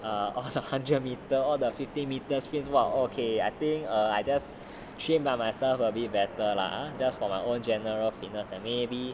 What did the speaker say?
a hundred meter or the fifty metres pace !wow! okay I think I just train by myself a bit better lah just for my own general fitness and maybe